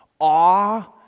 Awe